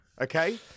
okay